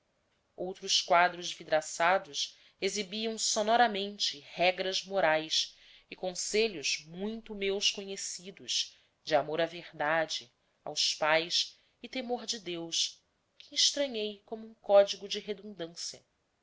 outros quadros vidraçados exibiam sonoramente regras morais e conselhos muito meus conhecidos de amor à verdade aos pais e temor de deus que estranhei como um código de redundância